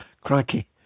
crikey